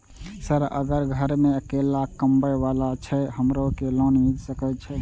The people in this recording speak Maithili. सर अगर घर में अकेला कमबे वाला छे हमरो के लोन मिल सके छे?